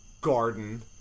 garden